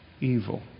evil